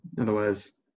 Otherwise